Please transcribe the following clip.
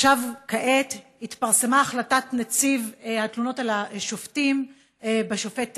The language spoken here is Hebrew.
כעת התפרסמה החלטת נציב התלונות על השופטים השופט ריבלין,